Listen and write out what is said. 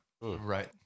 right